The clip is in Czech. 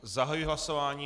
Zahajuji hlasování.